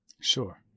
Sure